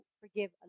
forgive